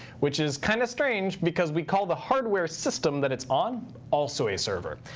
which is kind of strange, because we call the hardware system that it's on also a server.